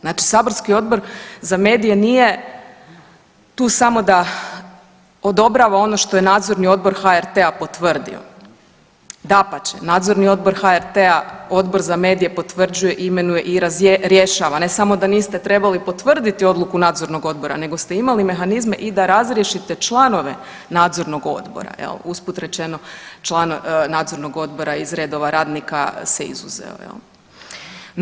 Znači saborski Odbor za medije nije tu samo da odobrava ono što je Nadzorni odbor HRT-a potvrdio, dapače, Nadzorni odbor HRT-a, Odbor za medije potvrđuje, imenuje i razrješava ne samo da niste trebali potvrditi odluku nadzornog odbora nego ste imali mehanizme i da razriješite članove nadzornog odbora, usput rečeno članove nadzornog odbora iz redova radnika se izuzeo jel.